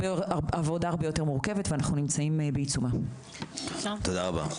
אנחנו נמצאים בעיצומה שלה העבודה.